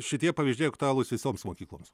šitie pavyzdžiai aktualūs visoms mokykloms